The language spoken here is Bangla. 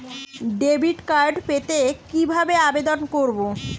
ডেবিট কার্ড পেতে কি ভাবে আবেদন করব?